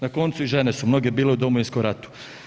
Na koncu, i žene su mnoge bile u Domovinskom ratu.